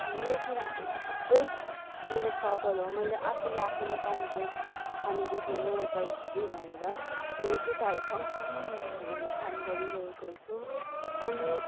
यो कुराहरू चाहिँ सबै मेरो सबल हो मैले आफूले आफूलाई कमजोर ठानेको छुइनँ एउटा स्त्री भनेर मैले केटाहरू सँगसँगै मिलेर मैले काम गरिरहेको छु अनि